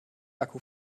akku